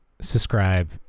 Subscribe